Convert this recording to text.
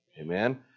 Amen